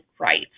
rights